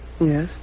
Yes